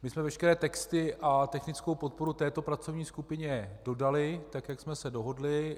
My jsme veškeré texty a technickou podporu této pracovní skupině dodali, tak jak jsme se dohodli.